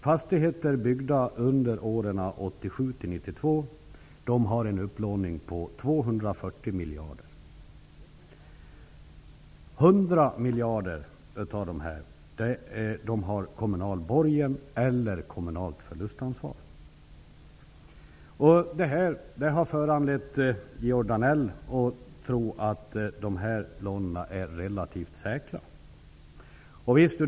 Fastigheter byggda under åren 1987--1992 har kunnat byggas genom en upplåning på 240 miljarder. 100 miljarder av dessa är pengar som lånats med kommunal borgen eller kommunalt förlustansvar. Det har föranlett Georg Danell att tro att lånen är relativt säkra.